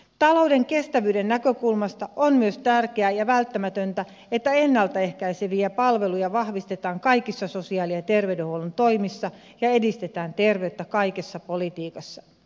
talouden kestävyyden näkökulmasta on myös tärkeää ja välttämätöntä että vahvistetaan ennalta ehkäiseviä palveluja kaikissa sosiaali ja terveydenhuollon toimissa ja edistetään terveyttä kaikessa politiikassa